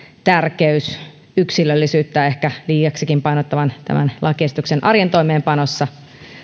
tärkeys tämän yksilöllisyyttä ehkä liiaksikin painottavan lakiesityksen arjen toimeenpanossa